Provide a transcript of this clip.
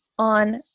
On